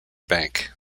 bank